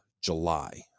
July